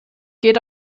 geht